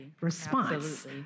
Response